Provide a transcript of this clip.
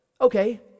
Okay